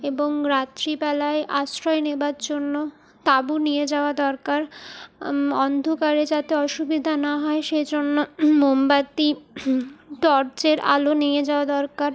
এবং রাত্রিবেলায় আশ্রয় নেবার জন্য তাঁবু নিয়ে যাওয়া দরকার অন্ধকারে যাতে অসুবিধা না হয় সেজন্য মোমবাতি টর্চের আলো নিয়ে যাওয়া দরকার